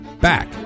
back